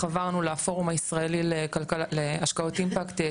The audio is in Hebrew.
חברנו לפורום הישראלי להשקעות אימפקט,